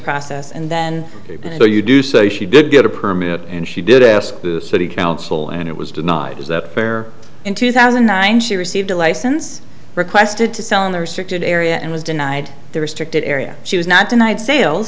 process and then so you do say she did get a permit and she did ask the city council and it was denied is that fair in two thousand and nine she received a license requested to sell in the restricted area and was denied the restricted area she was not denied sales